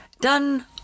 done